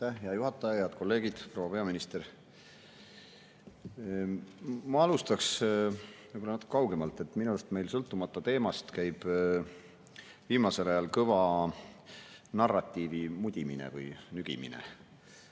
hea juhataja! Head kolleegid! Proua peaminister! Ma alustaksin võib‑olla natuke kaugemalt. Minu arust meil, sõltumata teemast, käib viimasel ajal kõva narratiivi mudimine või nügimine.